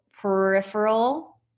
peripheral